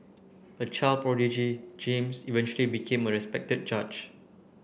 a child prodigy James eventually became a respected judge